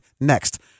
next